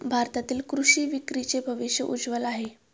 भारतातील कृषी विक्रीचे भविष्य उज्ज्वल आहे